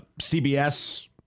CBS